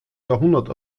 jahrhundert